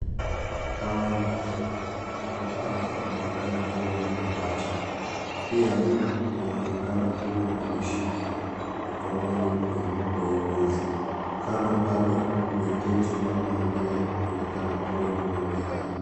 Hawa ni watoto, watoto hawa wanaonekana kuwa ni mapacha pia wanaonekana kuwa wameshikwa mikononi mwa wauguzi, kando pale mmeketi mama anayeonekana kuwa ni mama yao.